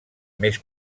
més